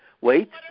Wait